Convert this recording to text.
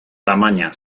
tamaina